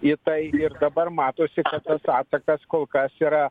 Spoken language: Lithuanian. į tai ir dabar matosi kad tas atsakas kol kas yra